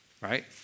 right